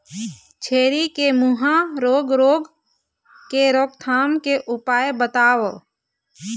छेरी के मुहा रोग रोग के रोकथाम के उपाय बताव?